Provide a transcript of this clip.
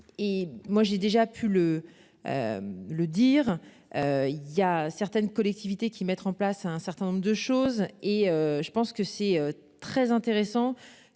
Et moi j'ai déjà pu le. Le dire. Il y a certaines collectivités qui mettre en place un certain nombre de choses et je pense que c'est très intéressant